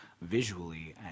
visually